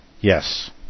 Yes